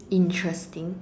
interesting